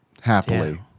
Happily